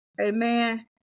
amen